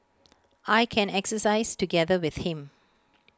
I can exercise together with him